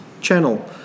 channel